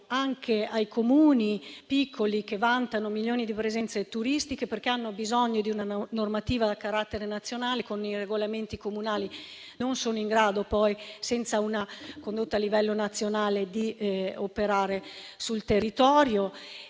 anche ai Comuni piccoli, che vantano milioni di presenze turistiche, perché hanno bisogno di una normativa a carattere nazionale, perché con i regolamenti comunali non sono in grado, senza una condotta a livello nazionale, di operare sul territorio.